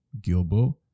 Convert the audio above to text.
Gilbo